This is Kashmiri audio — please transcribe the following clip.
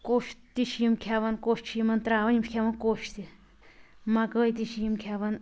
کۄش تہِ چھِ یِم کھیٚوان کۄش چھِ یِمن ترٛاوان یِم چھِ کھیٚوان کۄش تہِ مکٲے تہِ چھِ یِم کھیٚوان